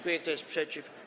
Kto jest przeciw?